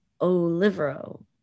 Olivero